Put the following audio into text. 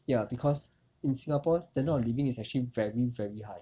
ya because in singapore standard of living is actually very very high